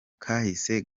kahise